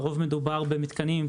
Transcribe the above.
לרוב מדובר במתקנים,